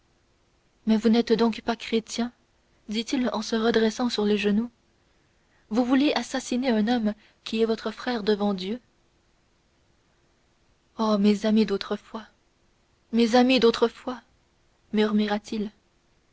mais vous n'êtes donc pas un chrétien dit-il en se redressant sur les genoux vous voulez assassiner un homme qui est votre frère devant dieu oh mes amis d'autrefois mes amis d'autrefois